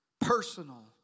personal